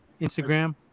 Instagram